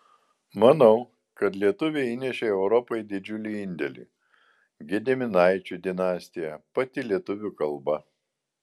manau kad lietuviai įnešė europai didžiulį indėlį gediminaičių dinastija pati lietuvių kalba